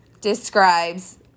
describes